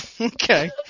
okay